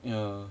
ya